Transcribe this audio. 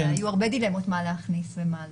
היו הרבה דילמות מה להכניס ומה לא.